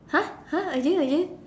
!huh! !huh! again again